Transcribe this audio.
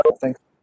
Thanks